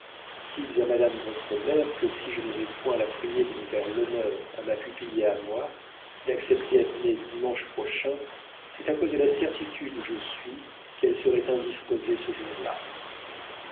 dites à madame votre mère que si je ne vais point la prier de nous faire l'honneur à ma pupille et à moi d'accepter à dîner dimanche prochain c'est à cause de la certitude où je suis qu'elle serait indisposée ce jour-là